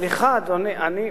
סליחה, אדוני.